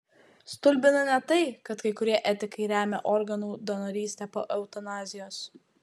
stulbina ne tai kad kai kurie etikai remia organų donorystę po eutanazijos